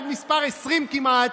עד מס' 20 כמעט,